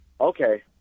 Okay